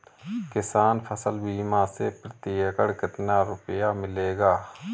किसान फसल बीमा से प्रति एकड़ कितना रुपया मिलेगा?